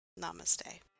Namaste